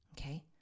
Okay